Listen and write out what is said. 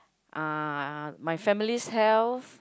uh my family's health